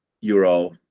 Euro